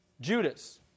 Judas